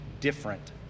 different